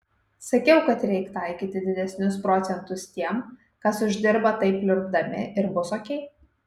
sakiau kad reik taikyti didesnius procentus tiem kas uždirba taip pliurpdami ir bus okei